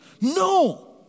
No